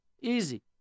Easy